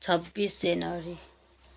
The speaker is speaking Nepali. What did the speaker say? छब्बिस जनवरी